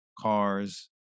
cars